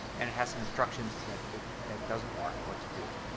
and it has some instructions that if that doesn't work what to do.